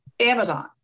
Amazon